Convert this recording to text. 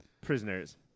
prisoners